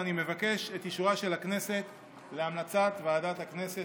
ואני מבקש את אישורה של הכנסת להמלצת ועדת הכנסת.